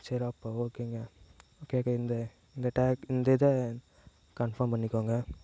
சரி அப்போ ஓகேங்க இந்த இந்த டேக் இந்த இதை கன்ஃபார்ம் பண்ணிக்கோங்க